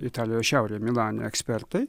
italijos šiaurėj milane ekspertai